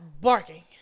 barking